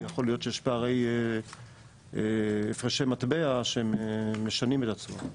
יכול להיות שיש פערי הפרשי מטבע שהם משנים את התשואה.